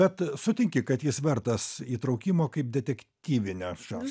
bet sutinki kad jis vertas įtraukimo kaip detektyvinis čia